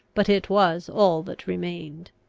but it was all that remained.